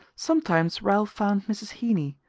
sometimes ralph found mrs. heeny,